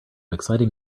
exciting